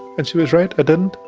and she was right, i didn't